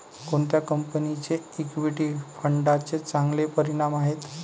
कोणत्या कंपन्यांचे इक्विटी फंडांचे चांगले परिणाम आहेत?